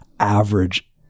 average